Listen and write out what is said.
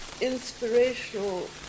inspirational